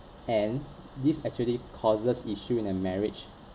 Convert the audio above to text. and this actually causes issue in their marriage